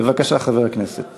בבקשה, חבר הכנסת לוין.